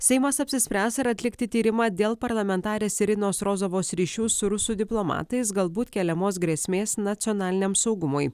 seimas apsispręs ar atlikti tyrimą dėl parlamentarės irinos rozovos ryšių su rusų diplomatais galbūt keliamos grėsmės nacionaliniam saugumui